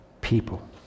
people